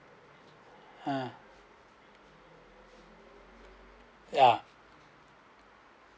ah yeah